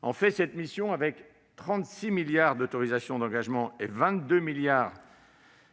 programme. Cette mission, avec 36 milliards d'euros d'autorisations d'engagement et 22 milliards d'euros